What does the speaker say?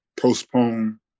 postpone